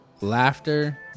laughter